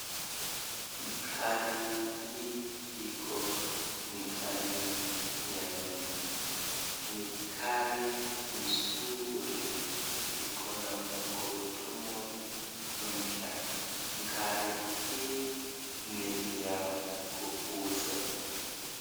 Gari hii iko ndani ya nyumba. Ni gari nzuri ikona magurudumu mpya. Gari hii ni ya kuuza.